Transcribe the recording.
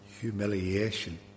Humiliation